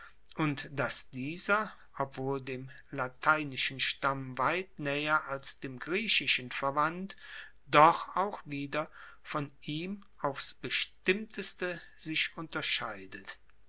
und dass dieser obwohl dem lateinischen stamm weit naeher als dem griechischen verwandt doch auch wieder von ihm aufs bestimmteste sich unterscheidet